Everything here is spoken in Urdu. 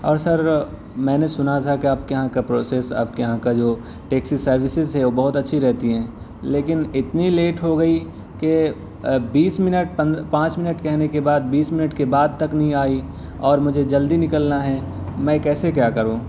اور سر میں نے سنا تھا کہ آپ کے یہاں کا پروسیس آپ کے یہاں کا جو ٹیکسی سروسز ہے بہت اچھی رہتی ہیں لیکن اتنی لیٹ ہو گئی کہ بیس منٹ پانچ منٹ کہنے کے بعد بیس منٹ کے بعد تک نہیں آئی اور مجھے جلدی نکلنا ہے میں کیسے کیا کروں